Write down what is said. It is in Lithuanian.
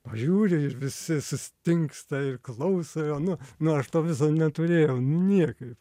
pažiūri ir visi sustingsta ir klauso jo nu nu aš to viso neturėjau niekaip